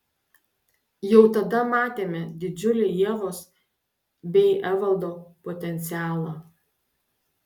jau tada matėme didžiulį ievos bei evaldo potencialą